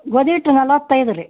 ಗೋಧಿ ಹಿಟ್ಟು ನಲ್ವತ್ತೈದು ರೀ